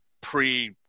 pre